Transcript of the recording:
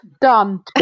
done